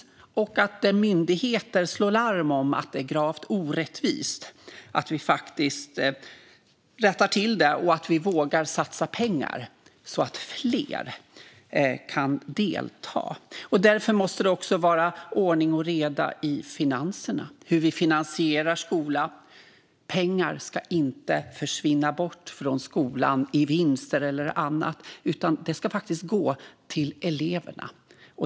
Det är också viktigt att vi när myndigheter slår larm om att det är gravt orättvist rättar till det och vågar satsa pengar så att fler kan delta. Därför måste det också vara ordning och reda i finanserna - i hur vi finansierar skolan. Pengar ska inte försvinna bort från skolan i vinster eller annat, utan de ska gå till eleverna.